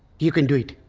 you can do it.